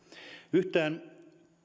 yhtään